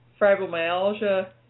fibromyalgia